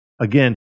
Again